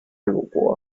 鲁国